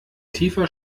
tiefer